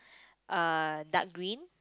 uh dark green